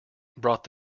brought